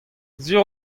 sur